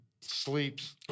sleeps